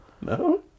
No